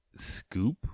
scoop